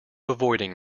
avoiding